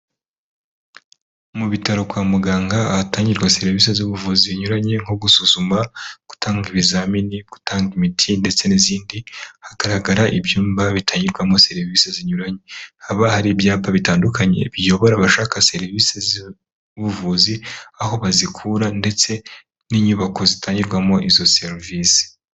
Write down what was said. Mu bitaro kwa muganga ahatangirwa serivisi z'ubuvuzi zinyuranye nko gusuzuma gutanga ibizamini, gutanga imiti ndetse n'izindi hagaragara ibyumba bitangirwamo serivisi zinyuranye haba hari ibyapa bitandukanye biyobora abashaka serivisi z'ubuvuzi aho bazikura ndetse n'inyubako zitangirwamo izo serivisi.